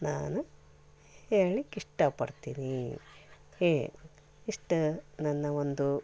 ನಾನು ಹೇಳ್ಲಿಕ್ಕೆ ಇಷ್ಟಪಡ್ತೀನಿ ಹೇ ಇಷ್ಟು ನನ್ನ ಒಂದು